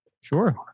Sure